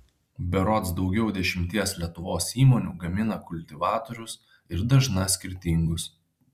berods daugiau dešimties lietuvos įmonių gamina kultivatorius ir dažna skirtingus